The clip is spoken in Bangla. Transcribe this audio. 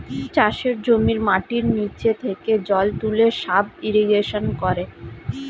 চাষের জমির মাটির নিচে থেকে জল তুলে সাব ইরিগেশন করে